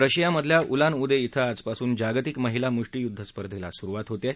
रशियामधल्या Ulan Ude इं आजपासून जागतिक महिला मुष्टीयुद्ध स्पर्धेला सुरुवात होत आहे